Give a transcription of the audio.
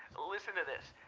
listen to this.